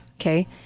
okay